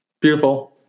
Beautiful